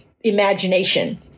imagination